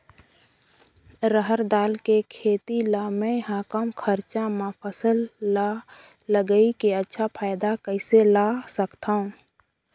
रहर दाल के खेती ला मै ह कम खरचा मा फसल ला लगई के अच्छा फायदा कइसे ला सकथव?